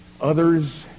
others